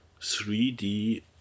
3D